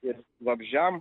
ir vabzdžiam